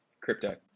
Crypto